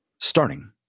starting